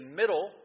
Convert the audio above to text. middle